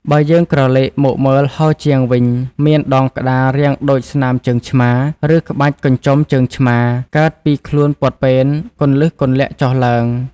បើយើងក្រឡេកមកមើលហោជាងវិញ មានដងក្តាររាងដូចស្នាមជើងឆ្មារ ឬក្បាច់កញ្ចុំជើងឆ្មារ កើតពីខ្លួនពត់ពែន គន្លឹះគន្លាក់ចុះឡើង។